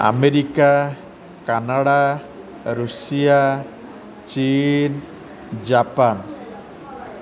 America Canada Russia chain Japan